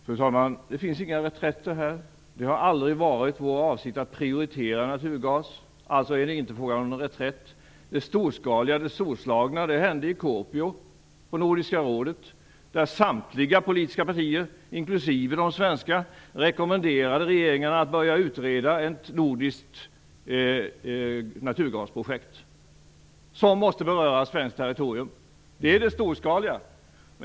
Fru talman! Det är inte fråga om några reträtter här. Det har aldrig varit vår avsikt att prioritera naturgas. Alltså är det inte fråga om någon reträtt. Det storskaliga och storslagna hände i Kuopio på Nordiska rådet, där samtliga partier, inklusive de svenska, rekommenderade regeringarna att börja utreda ett nordiskt naturgasprojekt som måste beröra svenskt territorium. Detta är det storskaliga.